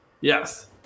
Yes